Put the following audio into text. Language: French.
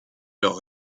leur